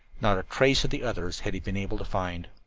not a trace of the others had he been able to find.